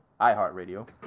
iHeartRadio